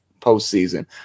postseason